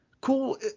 cool